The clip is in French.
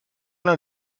l’un